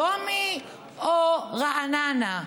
שלומי או רעננה?